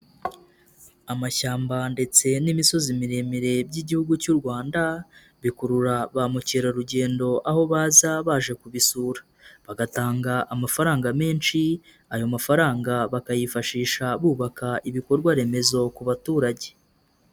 Amashyamba ndetse n'imisozi miremire by'Igihugu cy'u Rwanda bikurura ba mukerarugendo aho baza baje kubisura bagatanga amafaranga menshi, ayo mafaranga bakayifashisha bubaka ibikorwa remezo ku baturage.